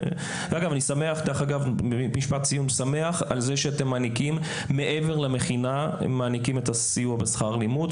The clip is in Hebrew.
אני שמח על זה שאתם מעניקים סיוע בשכר לימוד מעבר למכינה.